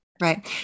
Right